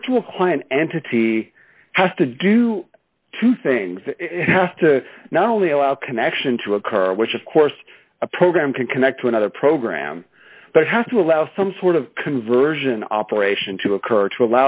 virtual client entity has to do two things have to not only allow connection to occur which of course a program can connect to another program that has to allow some sort of conversion operation to occur